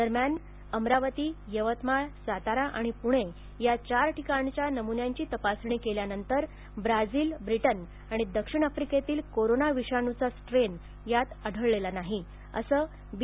दरम्यान अमरावती यवतमाळ सातारा आणि पुणे या चार ठिकाणच्या नमुन्यांची तपासणी केल्यानंतर ब्राझील ब्रिटन आणि दक्षिण आफ्रिकेतील कोरोना विषाणूचा स्ट्रेन यात आढळलेला नाही असं बी